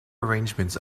arrangements